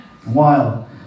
Wild